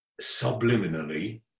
subliminally